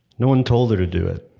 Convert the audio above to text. no one told her to do it,